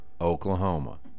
oklahoma